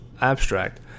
abstract